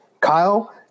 Kyle